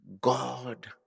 God